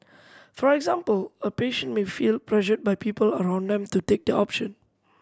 for example a patient may feel pressured by people around them to take the option